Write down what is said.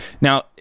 Now